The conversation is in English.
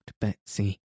Betsy